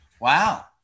Wow